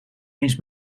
eens